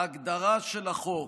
את ההגדרה של החוק.